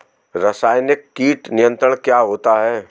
रसायनिक कीट नियंत्रण क्या होता है?